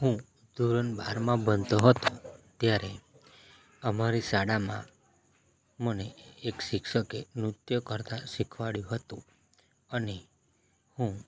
હું ધોરણ બારમાં ભણતો હતો ત્યારે અમારી શાળામાં મને એક શિક્ષકે નૃત્ય કરતાં શીખવાડ્યું હતું અને હું